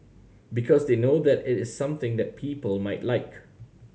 because they know that it is something that people might like